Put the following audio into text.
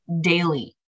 daily